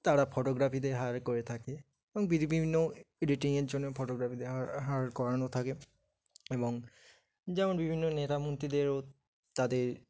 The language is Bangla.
তারা ফটোগ্রাফিদের হায়ার করে থাকে এবং বিভিন্ন এডিটিংয়ের জন্য ফটোগ্রাফিদের হায়ার হায়ার করানো থাকে এবং যেমন বিভিন্ন নেতা মন্ত্রীদেরও তাদের